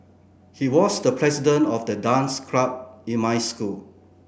he was the president of the dance club in my school